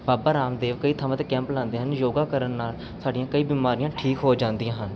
ਬਾਬਾ ਰਾਮਦੇਵ ਕਈ ਥਾਵਾਂ 'ਤੇ ਕੈਂਪ ਲਾਉਂਦੇ ਹਨ ਯੋਗਾ ਕਰਨ ਨਾਲ ਸਾਡੀਆਂ ਕਈ ਬਿਮਾਰੀਆਂ ਠੀਕ ਹੋ ਜਾਂਦੀਆਂ ਹਨ